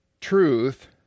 truth